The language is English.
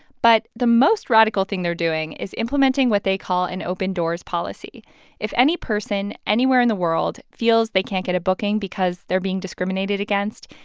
but the most radical thing they're doing is implementing what they call an open-doors policy if any person, anywhere in the world feels they can't get a booking because they're being discriminated against,